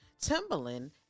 Timberland